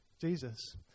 Jesus